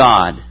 God